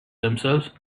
themselves